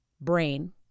brain